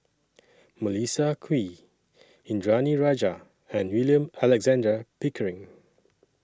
Melissa Kwee Indranee Rajah and William Alexander Pickering